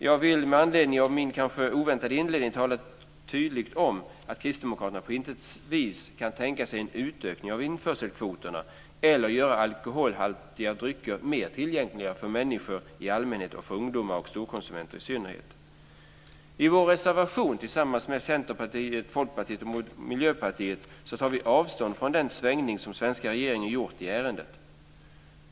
Jag vill med anledning av min kanske oväntade inledning tydligt tala om att kristdemokraterna på intet vis kan tänka sig en utökning av införselkvoterna eller göra alkoholhaltiga drycker mer tillgängliga för människor i allmänhet och för ungdomar och storkonsumenter i synnerhet. Folkpartiet och Miljöpartiet tar vi avstånd från den svängning som svenska regeringen gjort i ärendet.